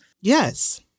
Yes